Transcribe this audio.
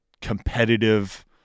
competitive